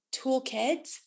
toolkit